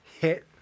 hit